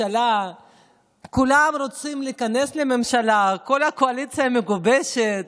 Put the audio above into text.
כולם רוצים להיכנס לממשלה, כל הקואליציה מגובשת,